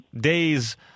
days